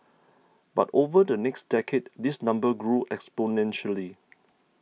but over the next decade this number grew exponentially